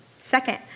Second